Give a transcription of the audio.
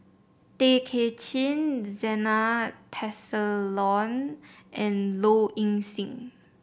Tay Kay Chin Zena Tessensohn and Low Ing Sing